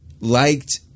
liked